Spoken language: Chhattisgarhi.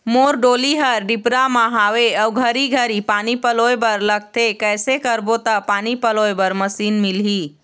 मोर डोली हर डिपरा म हावे अऊ घरी घरी पानी पलोए बर लगथे कैसे करबो त पानी पलोए बर मशीन मिलही?